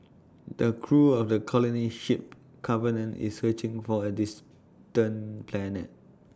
the crew of the colony ship covenant is searching for A distant planet